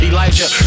Elijah